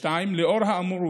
לאור האמור,